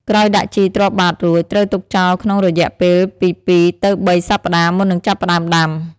ក្រោយដាក់ជីទ្រាប់បាតរួច ត្រូវទុកចោលក្នុងរយៈពេលពី ២ ទៅ ៣ សប្តាហ៍មុននឹងចាប់ផ្តើមដាំ។